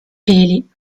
peli